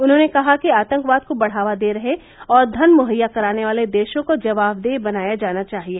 उन्होंने कहा कि आतंकवाद को बढ़ावा दे रहे और धन मुहैया कराने वाले देशों को जवाबदेह बनाया जाना चाहिए